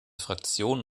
fraktion